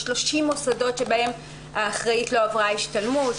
יש 30 מוסדות שבהם האחראית לא עברה השתלמות,